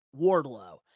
Wardlow